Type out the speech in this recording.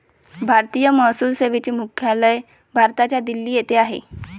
भारतीय महसूल सेवेचे मुख्यालय भारताच्या दिल्ली येथे आहे